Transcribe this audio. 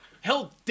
hell